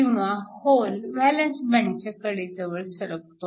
किंवा hole valence बँडच्या कडेजवळ सरकतो